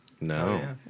No